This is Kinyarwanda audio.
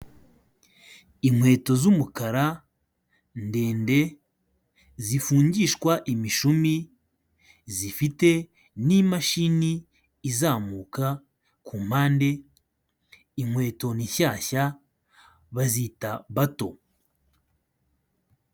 Inkweto z'umukara ndende zifungishwa imishumi zifite n'imashini izamuka kumpande, inkweto ni shyashya bazita bato.